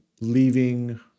leaving